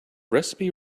recipe